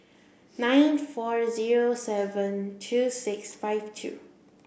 nine four zero seven two six five two